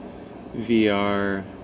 VR